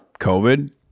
COVID